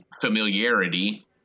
familiarity